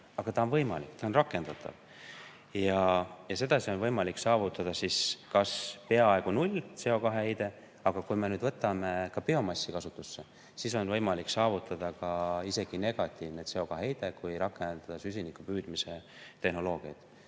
aga ta on võimalik, ta on rakendatav. Sedasi on võimalik saavutada kas peaaegu null CO2heide. Aga kui me võtame ka biomassi kasutusse, siis on võimalik saavutada isegi negatiivne CO2heide, kui rakendada süsinikupüüdmise tehnoloogiat.